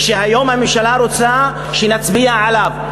שהיום הממשלה רוצה שנצביע עליו.